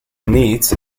meets